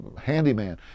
handyman